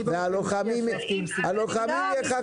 הלוחמים יחכו לכם.